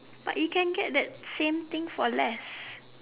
but you can get that same thing for less